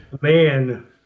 man